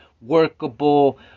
workable